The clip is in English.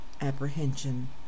Apprehension